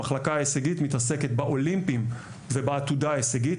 המחלקה ההישגית מתעסקת באולימפיים ובעתודה ההישגית,